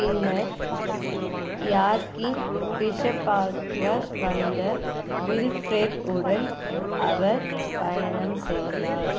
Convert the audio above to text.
பின்னர் யார்க்கின் பிஷப்பாக வந்த வில்ஃப்ரேட் உடன் அவர் பயணம் செய்தார்